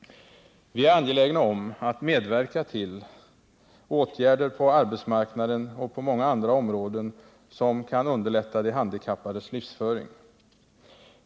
Vi är angelägna om att medverka till åtgärder på arbetsmarknaden och på många andra områden som kan underlätta de handikappades livsföring.